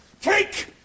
Take